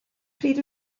pryd